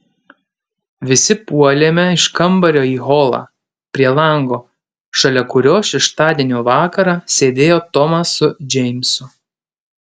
visi puolėme iš kambario į holą prie lango šalia kurio šeštadienio vakarą sėdėjo tomas su džeimsu